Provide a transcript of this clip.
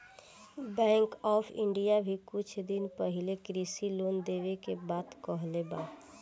bank of India भी कुछ दिन पाहिले कृषि लोन देवे के बात कहले बा